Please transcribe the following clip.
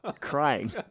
crying